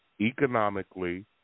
economically